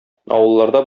авылларда